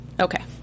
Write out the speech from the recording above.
Okay